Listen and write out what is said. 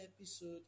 episode